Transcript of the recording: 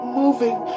moving